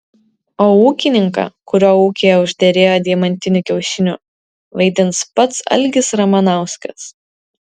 o ūkininką kurio ūkyje užderėjo deimantinių kiaušinių vaidins pats algis ramanauskas